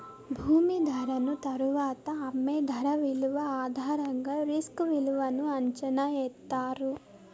భూమి ధరను తరువాత అమ్మే ధర విలువ ఆధారంగా రిస్క్ విలువను అంచనా ఎత్తారు